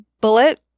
bullet